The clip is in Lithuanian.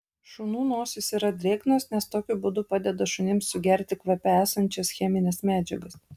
šunų nosys yra drėgnos nes tokiu būdu padeda šunims sugerti kvape esančias chemines medžiagas